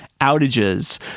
outages